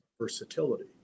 versatility